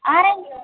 orange